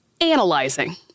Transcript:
analyzing